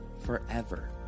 forever